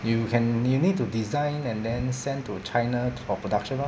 you can you need to design and then send to china for production lor